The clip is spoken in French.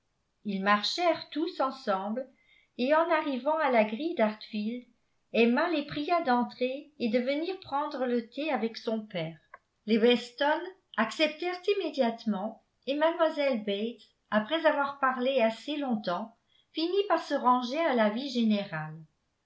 ils marchèrent tous ensemble et en arrivant à la grille d'hartfield emma les pria d'entrer et de venir prendre le thé avec son père les weston acceptèrent immédiatement et mlle bates après avoir parlé assez longtemps finit par se ranger à l'avis général